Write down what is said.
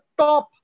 top